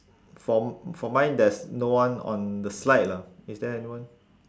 for m~ for mine there's no one on the slide lah is there anyone